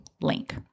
link